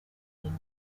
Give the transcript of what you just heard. queen